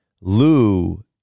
Lou